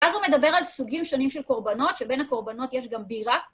אז הוא מדבר על סוגים שונים של קורבנות, שבין הקורבנות יש גם בירה.